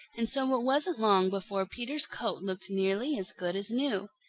and so it wasn't long before peter's coat looked nearly as good as new.